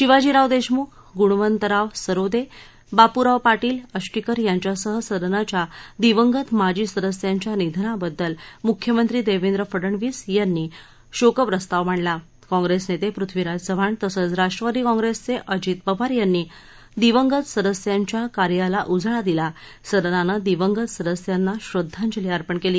शिवाजीराव देशमुख गुणवंतराव सरोदे बापूराव पाटील आष्टीकर यांच्यासह सदनाच्या दिवंगत माजी सदस्यांच्या निधनाबद्दल मुख्यमंत्री देवेंद्र फडनवीस यांनी शोकप्रस्ताव मांडला काँप्रेस नेते पृथ्वीराज चव्हाण तसंच राष्ट्रवादी काँप्रेसचे अजित पवार यांनी दिवंगत सदस्यांच्या कार्याला उजाळा दिला सदनानं दिवंगत सदस्यांना श्रद्वांजली अर्पण केली